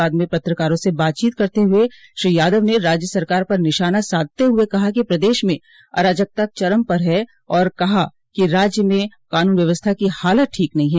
बाद में पत्रकारों से बातची करते हुए श्री यादव ने राज्य सरकार पर निशाना साधते हुए कहा कि प्रदेश में अराजकता चरम पर है और कहा कि राज्य में कानून व्यवस्था की हालत ठीक नहीं है